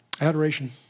adoration